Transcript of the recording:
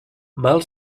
mal